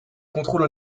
contrôle